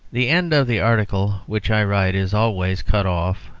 the end of the article which i write is always cut off,